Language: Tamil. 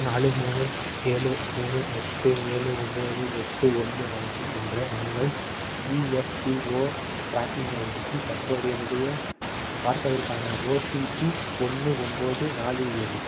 நாலு மூணு ஏழு மூணு எட்டு ஏழு ஒம்பது எட்டு ஒன்று அஞ்சு என்ற உங்கள் இஎஃப்பிஓ ட்ராக்கிங் ஐடி க்கு தற்போதைய நிலையப் பார்ப்பதற்கான ஓடிபி ஒன்று ஒம்பது நாலு ஏழு